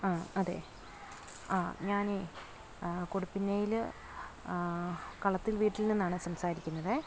ആ അതെ ആ ഞാൻ കൊടുപനയിൽ കളത്തിൽ വീട്ടിൽ നിന്നാണ് സംസാരിക്കുന്നത്